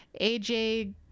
aj